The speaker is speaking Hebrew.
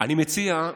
אני מציע,